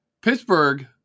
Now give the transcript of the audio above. Pittsburgh